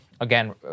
again